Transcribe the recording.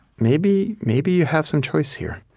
maybe maybe you have some choice here